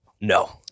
No